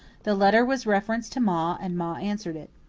the letter was referred to ma and ma answered it.